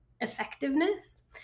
effectiveness